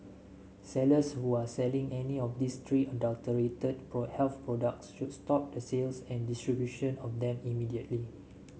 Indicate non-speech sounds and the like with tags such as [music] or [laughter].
sellers who are selling any of these three adulterated [unintelligible] health products should stop the sales and distribution of them immediately